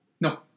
No